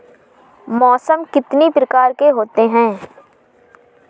मौसम कितनी प्रकार के होते हैं?